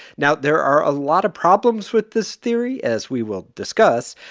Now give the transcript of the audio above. now, there are a lot of problems with this theory, as we will discuss.